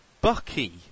Bucky